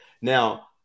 now